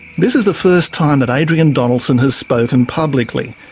this is the first time that adrian donaldson has spoken publicly,